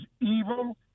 evil